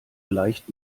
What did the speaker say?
leicht